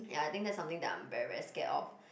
ya I think that's something that I'm very very scared of